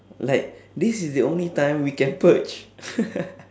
like this is the only time we can purge